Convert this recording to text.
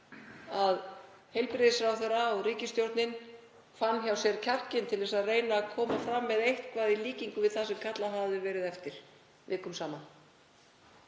að heilbrigðisráðherra og ríkisstjórnin fann hjá sér kjarkinn til að reyna að koma fram með eitthvað í líkingu við það sem kallað hafði verið eftir vikum saman,